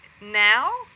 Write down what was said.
now